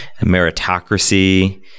meritocracy